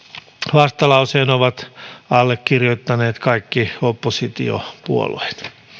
vastalauseen ovat allekirjoittaneet kaikki oppositiopuolueet